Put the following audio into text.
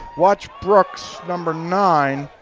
watch brooks, number nine,